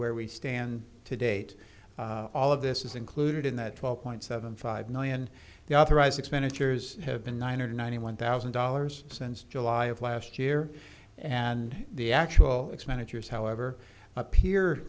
where we stand today eight all of this is included in that twelve point seven five million the authorized expenditures have been one hundred ninety one thousand dollars since july of last year and the actual expenditures however appear